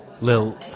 Lil